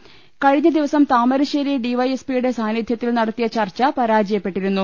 ക്ഴിഞ്ഞ ദിവസം താമരശ്ശേരി ഡിവൈഎസ്പി യുടെ സാന്നിധ്യത്തിൽ നടത്തിയ ചർച്ച പരാജ യപ്പെട്ടിരുന്നു